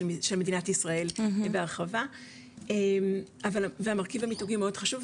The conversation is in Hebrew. מדינת ישראל בהרחבה והמרכיב המיתוגי הוא מאוד חשוב,